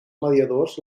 mediadors